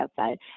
outside